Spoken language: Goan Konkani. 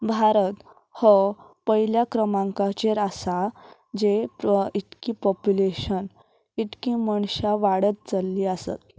भारत हो पयल्या क्रमांकाचेर आसा जे इतकी पोप्युलेशन इतकी मनशां वाडत चललीं आसत